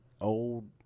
old